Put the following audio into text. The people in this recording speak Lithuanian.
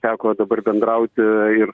teko dabar bendrauti ir